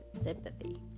sympathy